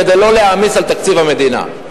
כדי לא להעמיס על תקציב המדינה.